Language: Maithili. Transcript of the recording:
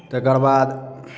तकरबाद